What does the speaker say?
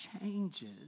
changes